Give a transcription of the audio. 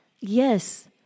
yes